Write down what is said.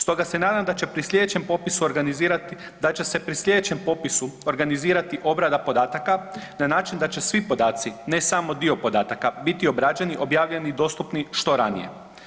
Stoga se nadam da će pri slijedećem popisu organizirati, da će se pri slijedećem popisu organizirati obrada podataka na način da će svi podaci, ne samo dio podataka biti obrađeni, objavljeni i dostupni što ranije.